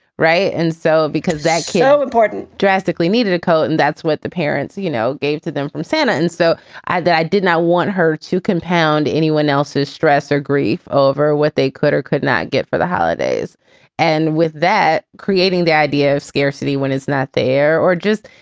right. and so because that keigo important drastically needed a coat. and that's what the parents, you know, gave to them from santa. and so i that i did not want her to compound anyone else's stress or grief over what they could or could not get for the holidays and with that, creating the idea of scarcity when it's not there or just,